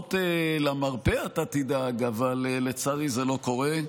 לפחות למרפא אתה תדאג, אבל לצערי זה לא קורה.